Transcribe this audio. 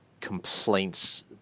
complaints